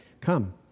Come